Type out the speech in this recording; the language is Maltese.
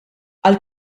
għall